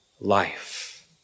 life